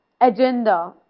agenda